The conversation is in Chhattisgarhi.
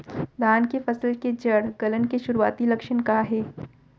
धान के फसल के जड़ गलन के शुरुआती लक्षण का हे?